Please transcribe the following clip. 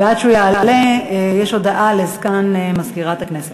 עד שהוא יעלה, יש הודעה לסגן מזכירת הכנסת.